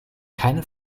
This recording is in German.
keine